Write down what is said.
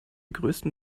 größten